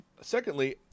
Secondly